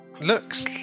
looks